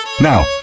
Now